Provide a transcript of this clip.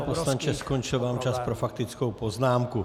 Pane poslanče, skončil vám čas pro faktickou poznámku.